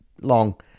long